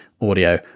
audio